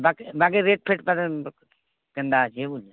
ବାକି ବାକି ରେଟ୍ ଫେଟ୍ କେମିତି ଅଛି ବୁଝୁଛି